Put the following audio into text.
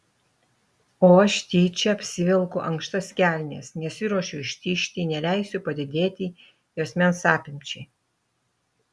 o aš tyčia apsivelku ankštas kelnes nesiruošiu ištižti neleisiu padidėti juosmens apimčiai